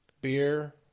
beer